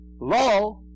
law